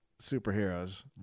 superheroes